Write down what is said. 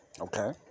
Okay